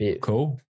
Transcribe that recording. cool